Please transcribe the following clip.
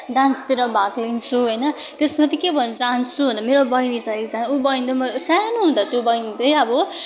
डान्सतिर भाग लिन्छु होइन त्यस्तोमा चाहिँ के भन्न चाहन्छु भन्दा मेरो बहिनी छ एकजना उ बहिनी चाहिँ म सानो हुँदा त्यो बहिनी चाहिँ अब